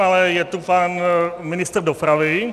Ale je tu pan ministr dopravy.